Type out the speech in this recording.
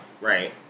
Right